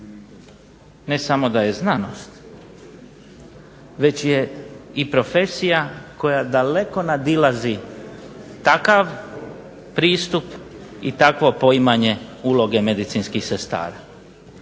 ne samo da je znanost već je i profesija koja daleko nadilazi takav pristup i takvo poimanje uloge medicinskih sestara.